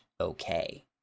okay